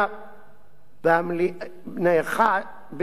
2000. בדיון במליאה ביום א' באב תש"ס,